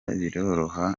biroroha